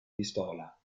pistola